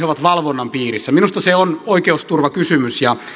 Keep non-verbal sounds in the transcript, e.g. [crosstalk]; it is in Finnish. [unintelligible] ovat valvonnan piirissä minusta se on oikeusturvakysymys ja